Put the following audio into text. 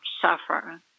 suffer